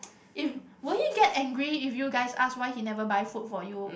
if will he get angry if you guys ask why he never buy food for you